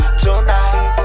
tonight